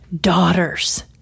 daughters